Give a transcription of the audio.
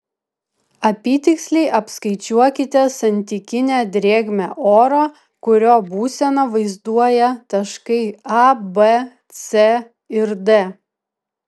apytiksliai apskaičiuokite santykinę drėgmę oro kurio būseną vaizduoja taškai a b c ir d